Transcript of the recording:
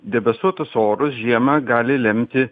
debesuotus orus žiemą gali lemti